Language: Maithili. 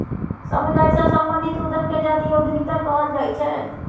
समुदाय सँ संबंधित उद्यम केँ जातीय उद्यमिता कहल जाइ छै